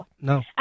No